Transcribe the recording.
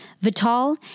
Vital